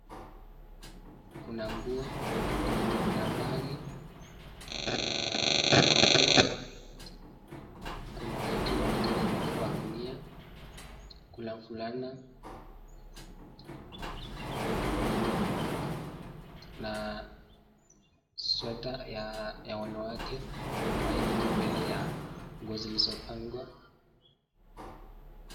Kuna nguo, kuna bagi , kuna vitu inaonekana imewekwa kwa gunia, kuna fulana, na sweta ya wanawake ambaye iko mbele ya nguo zilizopangwa.